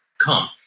come